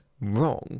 wrong